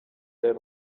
their